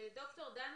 דניאלס,